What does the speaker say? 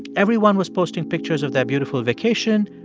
everyone was posting pictures of that beautiful vacation.